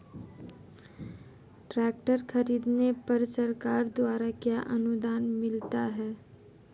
Tractor खरीदने पर सरकार द्वारा क्या अनुदान मिलता है?